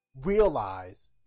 realize